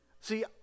See